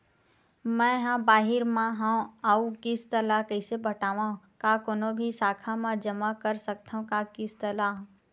मैं हा बाहिर मा हाव आऊ किस्त ला कइसे पटावव, का कोनो भी शाखा मा जमा कर सकथव का किस्त ला?